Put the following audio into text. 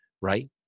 right